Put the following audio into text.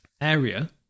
area